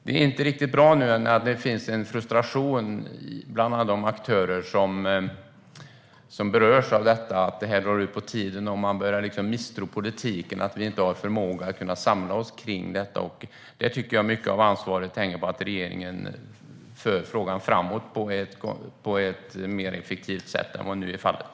Det är inte bra att det nu finns en frustration bland alla aktörer som berörs av detta över att det drar ut på tiden. De börjar misstro politiken och vår förmåga att samla oss kring detta. Jag tycker att mycket av ansvaret ligger hos regeringen, som bör föra frågan framåt på ett mer effektivt sätt än vad som nu är fallet.